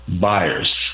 buyers